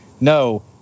no